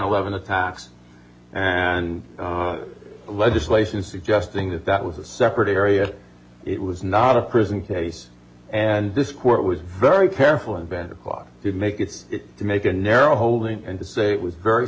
eleven attacks and legislation suggesting that that was a separate area it was not a prison case and this court was very careful and bend the clock to make it to make a narrow holding and to say it was very